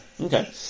Okay